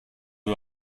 you